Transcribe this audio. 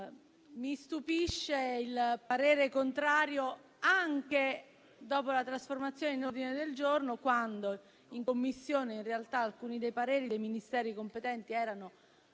Mi stupisce il parere contrario anche dopo la trasformazione in ordine del giorno quando in Commissione, in realtà, alcuni pareri dei Ministeri competenti erano